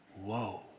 Whoa